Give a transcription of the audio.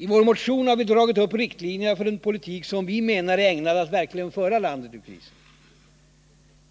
I vår motion har vi dragit upp riktlinjerna för en politik som vi menar är ägnad att verkligen föra landet ur krisen.